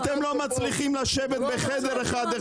אתם לא מצליחים לשבת בחדר אחד,